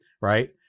right